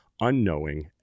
unknowing